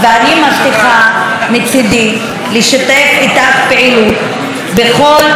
ואני מבטיחה מצידי לשתף איתך פעילות בכול,